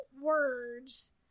words